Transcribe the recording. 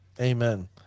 Amen